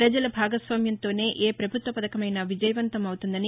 వజల భాగస్వామ్యంతోనే ఏ వభుత్వ వథకమైనా విజయవంతం అవుతుందని